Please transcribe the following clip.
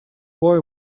boy